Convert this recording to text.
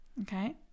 Okay